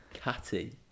Catty